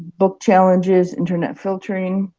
book challenges, internet filtering.